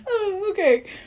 Okay